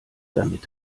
damit